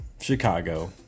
Chicago